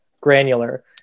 granular